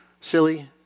Silly